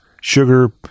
sugar